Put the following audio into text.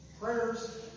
prayers